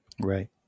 Right